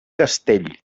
castell